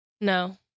no